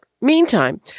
Meantime